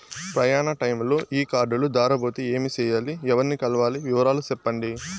ప్రయాణ టైములో ఈ కార్డులు దారబోతే ఏమి సెయ్యాలి? ఎవర్ని కలవాలి? వివరాలు సెప్పండి?